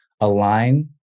align